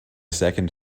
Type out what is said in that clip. second